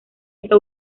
está